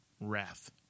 Wrath